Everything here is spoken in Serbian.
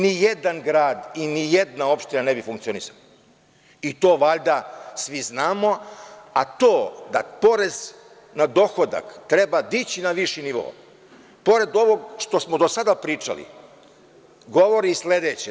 Ni jedan grad i nijedna opština ne bi funkcionisala, i to valjda svi znamo, a to da porez na dohodak treba dići na viši nivo, pored ovog što smo do sada pričali, govori i sledeće.